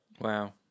Wow